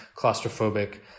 claustrophobic